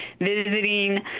visiting